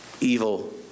evil